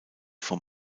vom